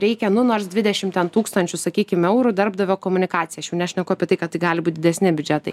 reikia nu nors dvidešim ten tūkstančių sakykim eurų darbdavio komunikacijai aš jau nešneku apie tai kad tai gali būt didesni biudžetai